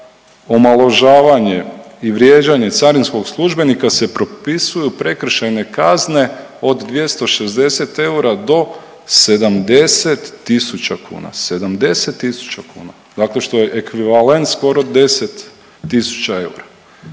omalovažavanje i vrijeđanje carinskog službenika se propisuju prekršajne kazne od 260 eura do 70.000 kuna, 70.000 kuna. Dakle, što je ekvivalent skoro 10.000 eura.